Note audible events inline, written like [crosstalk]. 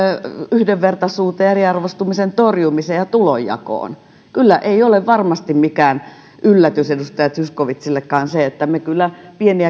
yhdenvertaisuuteen eriarvoistumisen torjumiseen ja tulonjakoon ei ole varmasti mikään yllätys edustaja zyskowiczillekaan se että me kyllä pieni [unintelligible]